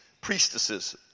priestesses